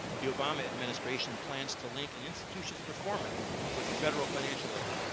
the obama administration plans to link an institution's performance with federal financial aid.